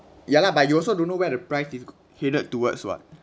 ya lah but you also don't know where the price is go~ headed towards [what]